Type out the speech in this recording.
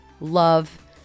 love